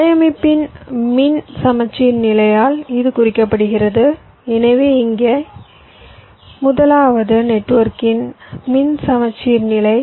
வலையமைப்பின் மின் சமச்சீர்நிலையால் இது குறிக்கப்படுகிறது எனவே இங்கே முதலாவது வலையமைப்பின் மின் சமச்சீர்நிலை